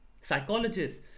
psychologists